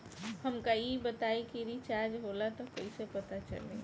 हमका ई बताई कि रिचार्ज होला त कईसे पता चली?